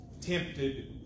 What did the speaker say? tempted